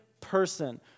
person